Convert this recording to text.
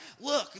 look